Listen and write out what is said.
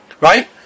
right